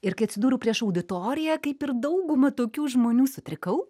ir kai atsidūriau prieš auditoriją kaip ir dauguma tokių žmonių sutrikau